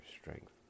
strength